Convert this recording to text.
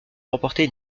remporté